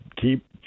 keep